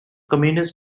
communist